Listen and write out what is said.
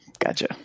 Gotcha